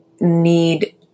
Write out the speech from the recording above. need